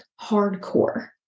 hardcore